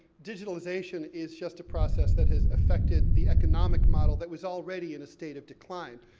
digitalization is just a process that has affected the economic model that was already in a state of decline.